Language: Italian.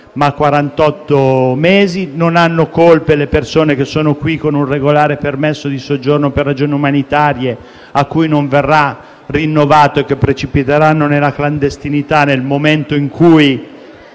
mesi; non hanno colpe le persone che sono qui con un regolare permesso di soggiorno per ragioni umanitarie, che precipiteranno nella clandestinità nel momento in cui